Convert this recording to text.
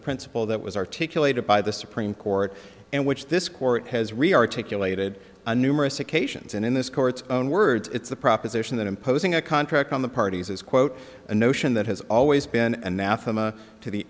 principle that was articulated by the supreme court in which this court has really articulated a numerous occasions and in this court's own words it's the proposition that imposing a contract on the parties is quote a notion that has always been an anathema to the